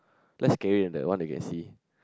less scary than the one you can see